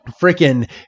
freaking